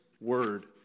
word